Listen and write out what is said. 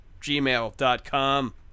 gmail.com